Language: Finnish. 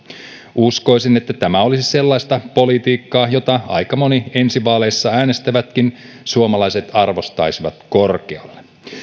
uskoisin että tämä olisi sellaista politiikkaa jota aika monet ensi vaaleissa äänestävät suomalaisetkin arvostaisivat korkealle